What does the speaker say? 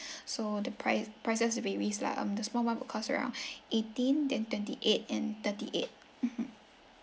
so the price prices varies lah um the small [one] will cost around eighteen then twenty eight and thirty eight mmhmm